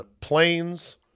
planes